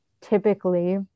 typically